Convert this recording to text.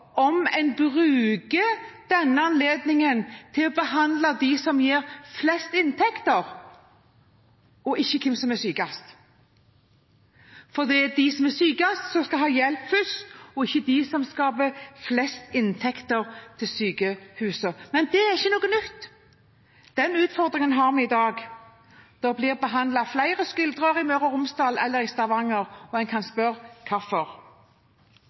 om en bruker denne anledningen til å behandle dem som gir flest inntekter, og ikke dem som er sykest, for det er de som er sykest, som skal ha hjelp først, og ikke de som skaper flest inntekter for sykehusene. Men det er ikke noe nytt, den utfordringen har vi i dag: Det blir behandlet flere skuldre i Møre og Romsdal enn i Stavanger, og en kan spørre: